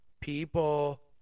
people